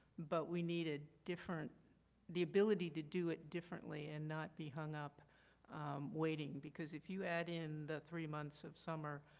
but we need ah different the ability to do it differently and not be hung up waiting. because if you add in the three months of summer,